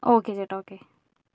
okay ചേട്ടാ okay